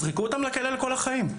אז תזרקו אותם לכלא לכל החיים.